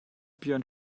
björn